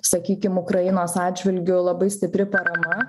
sakykim ukrainos atžvilgiu labai stipri parama